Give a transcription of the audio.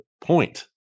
point